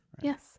Yes